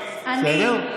בסדר?